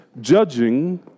Judging